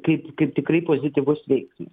kaip kaip tikrai pozityvus veiksmas